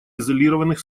изолированных